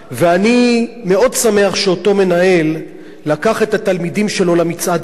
אני מאוד שמח שאותו מנהל לקח את התלמידים שלו למצעד הזה.